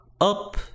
up